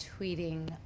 tweeting